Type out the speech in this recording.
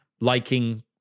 liking